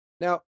Now